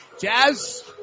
Jazz